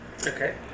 Okay